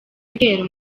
ibitero